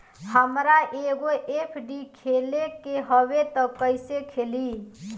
हमरा एगो एफ.डी खोले के हवे त कैसे खुली?